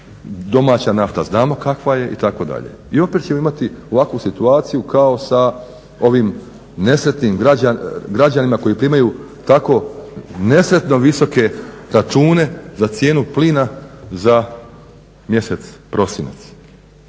Domaća nafta znamo kakva je itd. I opet ćemo imati ovakvu situaciju kao sa ovim nesretnim građanima koji primaju tako nesretno visoke račune za cijenu plina za mjesec prosinac,